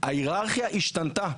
ההירארכיה השתנתה,